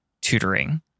tutoring